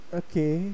okay